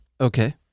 Okay